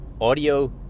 audio